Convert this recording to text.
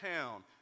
town